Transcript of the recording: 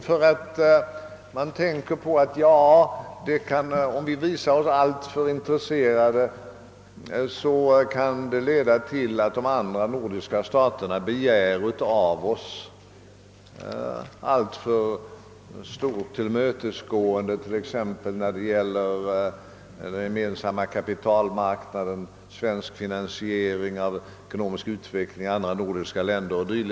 På sina håll tycks man tänka att ett alltför stort intresse kan leda till att de andra nordiska staterna begär alltför stort tillmötesgående av Sverige när det exempelvis gäller den gemensamma kapitalmarknaden, svensk finansiering av ekonomisk utveckling i andra nordiska länder o.d.